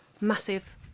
massive